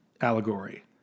allegory